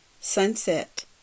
Sunset